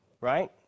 right